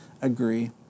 agree